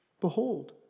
behold